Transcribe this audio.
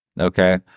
okay